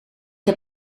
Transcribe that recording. heb